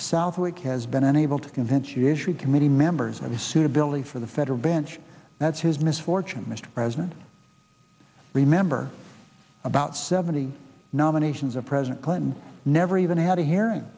southwick has been unable to convince usually committee members of his suitability for the federal bench that's his misfortune mr president remember about seventy nominations of president clinton never even had a hearing